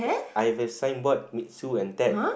I have a signboard meet Sue and Ted